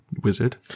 wizard